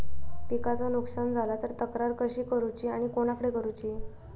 पिकाचा नुकसान झाला तर तक्रार कशी करूची आणि कोणाकडे करुची?